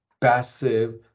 passive